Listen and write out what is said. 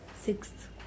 Sixth